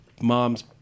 mom's